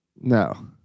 No